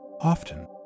Often